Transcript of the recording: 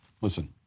Listen